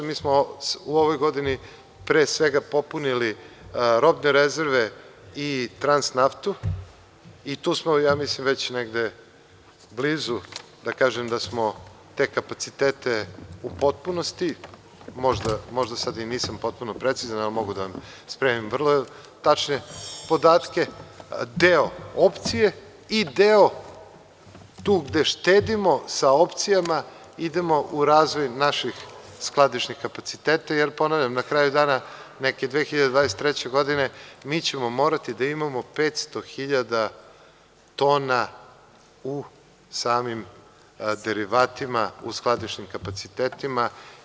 Mi smo u ovoj godini pre svega popunili robne rezerve i transnaftu i tu smo već negde blizu da smo te kapacitete u potpunosti, možda sada nisam potpuno precizan, ali mogu da vam spremim vrlo tačne podatke, deo opcije i deo tu gde štedimo sa opcijama, idemo u razvoj naših skladišnih kapaciteta, jer ponavljam, na kraju dana neke 2023. godine mi ćemo morati da imamo 500.000 tona u samim derivatima u skladišnim kapacitetima.